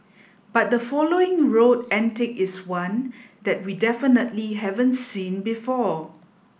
but the following road antic is one that we definitely haven't seen before